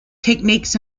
techniques